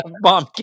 bomb